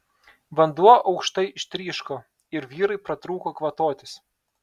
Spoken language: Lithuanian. vanduo aukštai ištryško ir vyrai pratrūko kvatotis